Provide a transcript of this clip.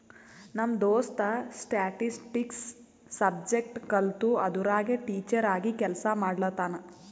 ನಮ್ ದೋಸ್ತ statistics subject ಕಲ್ತು ಅದುರಾಗೆ ಟೀಚರ್ ಆಗಿ ಕೆಲ್ಸಾ ಮಾಡ್ಲತಾನ್